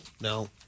No